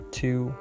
two